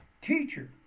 Teacher